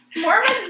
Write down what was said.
Mormons